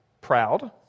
proud